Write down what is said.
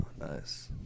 Nice